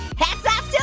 hat's off to